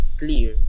clear